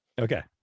okay